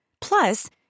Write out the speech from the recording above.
Plus